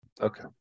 Okay